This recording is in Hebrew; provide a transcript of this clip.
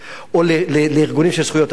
או לארגונים של זכויות האדם,